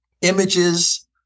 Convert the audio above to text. Images